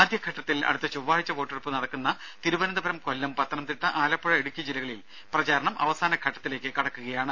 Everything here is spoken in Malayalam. ആദ്യഘട്ടത്തിൽ അടുത്ത ചൊവ്വാഴ്ച വോട്ടെടുപ്പ് നടക്കുന്ന തിരുവനന്തപുരം കൊല്ലം പത്തനംതിട്ട ആലപ്പുഴ ഇടുക്കി ജില്ലകളിൽ പ്രചാരണം അവസാനഘട്ടത്തിലേക്ക് കടക്കുകയാണ്